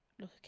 look